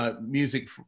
music